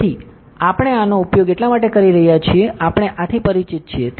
તેથી આપણે આનો ઉપયોગ એટલા માટે કરી રહ્યા છીએ આપણે આથી પરિચિત છીએ